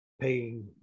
paying